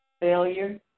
failure